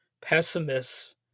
pessimists